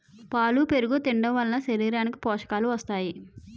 పాలు పెరుగు తినడంవలన శరీరానికి పోషకాలు వస్తాయి